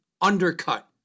undercut